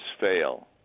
fail